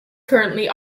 currently